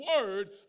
word